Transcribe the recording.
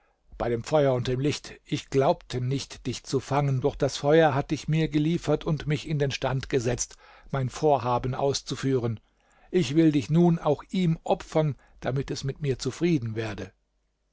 bei dem feuer und dem licht ich glaubte nicht dich zu fangen doch das feuer hat dich mir geliefert und mich in den stand gesetzt mein vorhaben auszuführen ich will dich nun auch ihm opfern damit es mit mir zufrieden werde